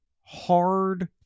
hard